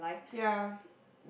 ya